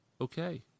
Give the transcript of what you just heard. okay